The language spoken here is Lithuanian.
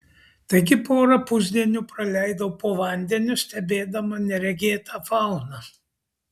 taigi porą pusdienių praleidau po vandeniu stebėdama neregėtą fauną